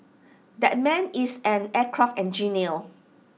that man is an aircraft engineer